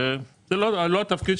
חבל שהלכו